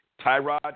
Tyrod